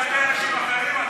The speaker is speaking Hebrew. לאנשים אחרים,